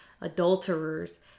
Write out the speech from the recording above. adulterers